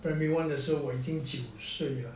primary one 的时候我已经九岁了